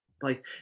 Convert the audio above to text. place